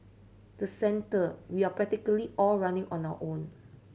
the centre we are practically all running on our own